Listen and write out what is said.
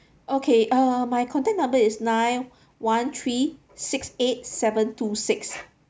okay uh my contact number is nine one three six eight seven two six